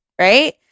Right